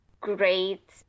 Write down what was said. great